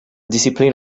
discipline